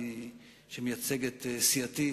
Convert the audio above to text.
שמייצג את סיעתי,